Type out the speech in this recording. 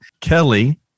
Kelly